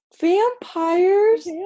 Vampires